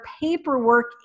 paperwork